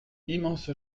immense